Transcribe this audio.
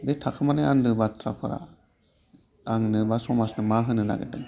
बै थाखुमानाय आन्दो बाथ्राफोरा आंनोइमा समाजनो मा होनो नागेरदों